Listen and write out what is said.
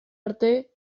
arte